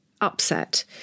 upset